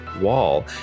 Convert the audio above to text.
wall